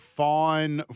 fine